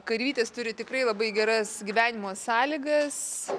karvytės turi tikrai labai geras gyvenimo sąlygas